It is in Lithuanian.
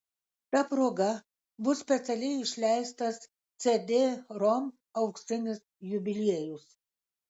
ta proga bus specialiai išleistas cd rom auksinis jubiliejus